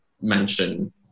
mention